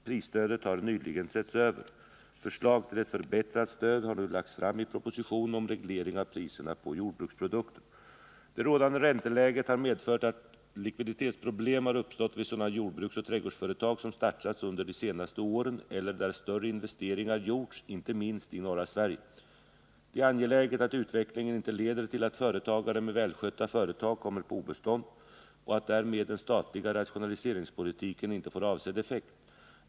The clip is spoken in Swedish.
Prisstödet har nyligen setts över. Förslag till ett förbättrat stöd har nu lagts fram i propositionen om reglering av priserna på jordbruksprodukter. Det rådande ränteläget har medfört att likviditetsproblem har uppstått vid sådana jordbruksoch trädgårdsföretag som startats under de senaste åren eller där större investeringar gjorts, inte minst i norra Sverige. Det är angeläget att utvecklingen inte leder till att företagare med välskötta företag kommer på obestånd och att därmed den statliga rationaliseringspolitiken inte får avsedd effekt.